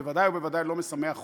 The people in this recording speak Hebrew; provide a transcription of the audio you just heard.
בוודאי ובוודאי לא משמח אותי,